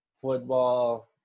football